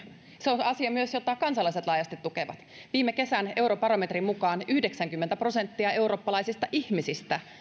se on myös asia jota kansalaiset laajasti tukevat viime kesän eurobarometrin mukaan yhdeksänkymmentä prosenttia eurooppalaisista ihmisistä